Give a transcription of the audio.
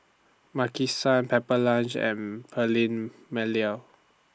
Maki San Pepper Lunch and Perllini Mel